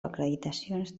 acreditacions